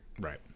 Right